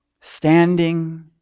standing